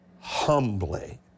humbly